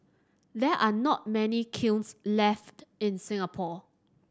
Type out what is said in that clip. there are not many kilns left in Singapore